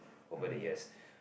over the years